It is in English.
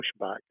pushback